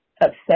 upset